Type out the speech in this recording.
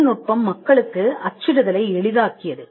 தொழில்நுட்பம் மக்களுக்கு அச்சிடு தலை எளிதாக்கியது